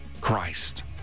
Christ